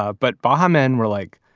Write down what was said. ah but baha men were like,